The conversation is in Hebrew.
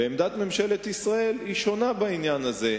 ועמדת ממשלת ישראל שונה בעניין הזה.